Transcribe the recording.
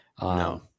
No